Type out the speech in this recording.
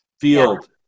field